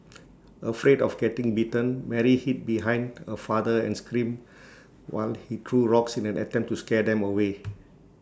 afraid of getting bitten Mary hid behind her father and screamed while he threw rocks in an attempt to scare them away